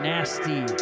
Nasty